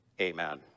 Amen